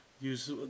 use